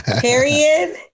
Period